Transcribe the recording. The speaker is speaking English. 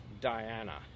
diana